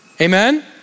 Amen